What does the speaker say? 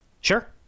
Sure